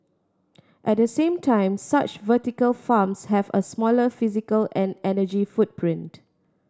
at the same time such vertical farms have a smaller physical and energy footprint